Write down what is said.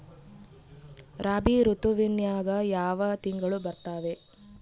ರಾಬಿ ಋತುವಿನ್ಯಾಗ ಯಾವ ತಿಂಗಳು ಬರ್ತಾವೆ?